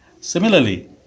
Similarly